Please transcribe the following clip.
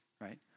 right